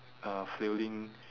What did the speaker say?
uh flailing